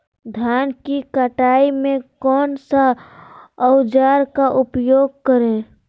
धान की कटाई में कौन सा औजार का उपयोग करे?